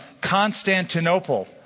Constantinople